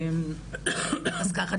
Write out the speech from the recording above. אז ככה,